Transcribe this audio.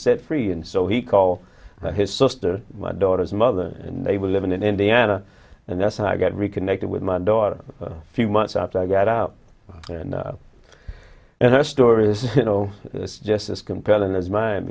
set free and so he called his sister my daughter's mother and they were living in indiana and that's how i got reconnected with my daughter a few months after i got out and and the story is you know it's just as compelling as mine